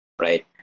right